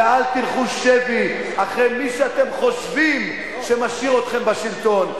ואל תלכו שבי אחרי מי שאתם חושבים שמשאיר אתכם בשלטון.